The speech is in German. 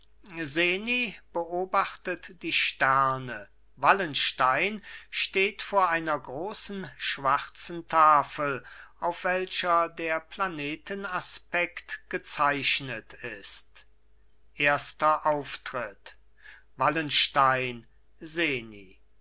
beobachtet die sterne wallenstein steht vor einer großen schwarzen tafel auf welcher der planeten aspekt gezeichnet ist erster auftritt wallenstein seni